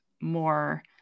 more